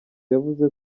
yavuze